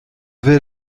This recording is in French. vais